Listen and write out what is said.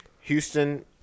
Houston